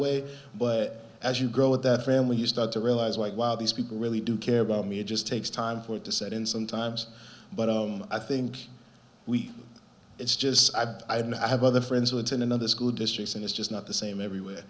way but as you grow at that family you start to realise like wow these people really do care about me it just takes time for it to set in sometimes but i think we it's just i mean i have other friends who attend another school district and it's just not the same everywhere